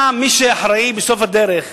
מי שאחראי בסוף הדרך,